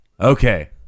Okay